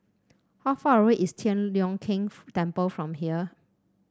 how far away is Tian Leong Keng Temple from here